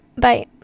bye